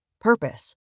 Purpose